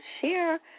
Share